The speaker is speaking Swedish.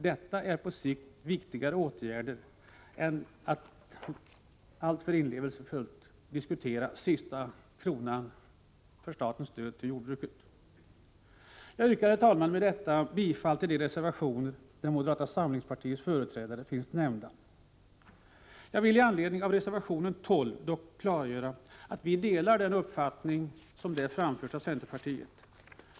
Detta är på sikt viktigare åtgärder än en inlevelsefull diskussion när det gäller sista kronan i statens stöd till jordbruket. Jag yrkar bifall till de reservationer där moderata samlingspartiets företrädare finns nämnda. I anledning av reservation 12 vill jag dock klargöra att vi delar den uppfattning som där framförs av centerpartiet.